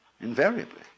invariably